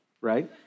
right